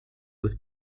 with